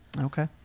Okay